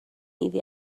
iddi